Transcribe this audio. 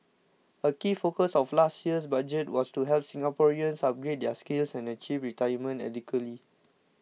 a key focus of last year's budget was to help Singaporeans upgrade their skills and achieve retirement adequacy